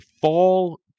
Fall